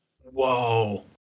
Whoa